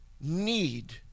need